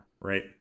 right